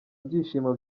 byishimo